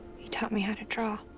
he taught me how to draw.